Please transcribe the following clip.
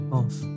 off